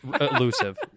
elusive